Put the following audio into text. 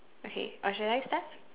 okay or should I start